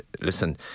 Listen